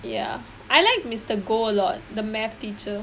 ya I like mister goh a lot the math teacher